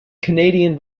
canadian